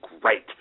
great